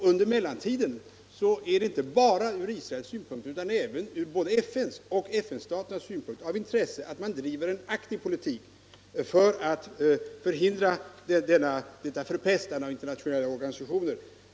Under mellantiden är det — inte bara sett ur Israels synpunkt, utan även ur både FN och FN-staternas synpunkt — av intresse att en riktig politik bedrivs för att förhindra detta förpestande av internationella organisationer.